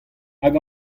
hag